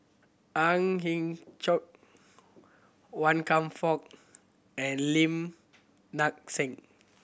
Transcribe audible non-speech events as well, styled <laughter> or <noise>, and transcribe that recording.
Ang <unintelligible> Chiok Wan Kam Fook and Lim Nang Seng